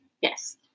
Yes